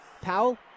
Powell